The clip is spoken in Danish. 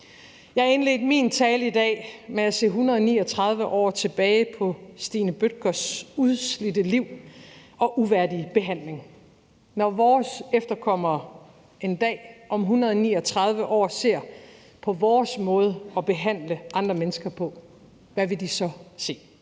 Jeg indledte min tale i dag med at se 139 år tilbage på Stine Bødkers' udslidte liv og uværdige behandling. Når vores efterkommere en dag om 139 år ser på vores måde at behandle andre mennesker på, hvad vil de så se?